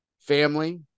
family